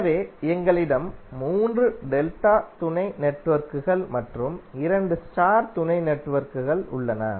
எனவே எங்களிடம் 3 டெல்டா துணை நெட்வொர்க்குகள் மற்றும் 2 ஸ்டார் துணை நெட்வொர்க்குகள் உள்ளன